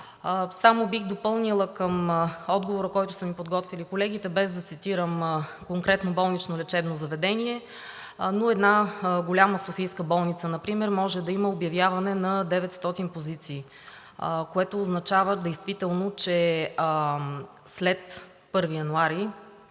Само бих допълнила към отговора, който са ми подготвили колегите, без да цитирам конкретно болнично лечебно заведение, но една голяма софийска болница например може да има обявяване на 900 позиции, което означава действително, че след 1 януари